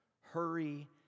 Hurry